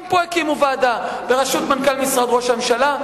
גם פה הקימו ועדה, בראשות מנכ"ל משרד ראש הממשלה.